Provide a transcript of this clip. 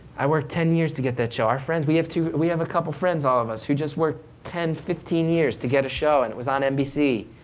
i worked ten years to get that show, our friends, we have two, we have a couple friends all of us who just work ten, fifteen years to get a show and on nbc,